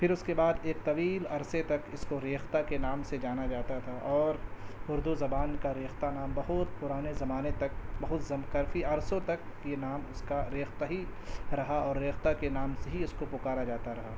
پھر اس کے بعد ایک طویل عرصے تک اس کو ریختہ کے نام سے جانا جاتا تھا اور اردو زبان کا ریختہ نام بہت پرانے زمانے تک بہت زم کافی عرصے تک یہ نام اس کا ریختہ ہی رہا اور ریختہ کے نام سے ہی اس کو پکارا جاتا رہا